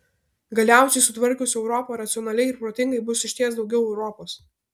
galiausiai sutvarkius europą racionaliai ir protingai bus išties daugiau europos